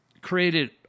Created